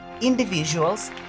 individuals